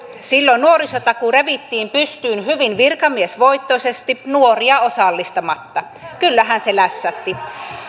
silloin nuorisotakuu revittiin pystyyn hyvin virkamiesvoittoisesti nuoria osallistamatta kyllähän se lässähti